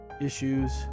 issues